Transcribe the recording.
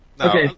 Okay